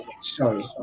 sorry